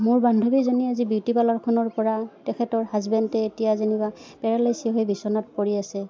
মোৰ বান্ধৱীজনীয়ে আজি বিউটি পাৰ্লাৰখনৰপৰা তেখেতৰ হাজবেণ্ডে এতিয়া যেনিবা পেৰাালাইচি হৈ বিছনাত পৰি আছে